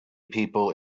people